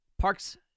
Parks